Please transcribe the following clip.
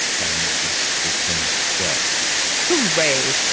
and these these pens worked hooray!